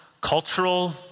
cultural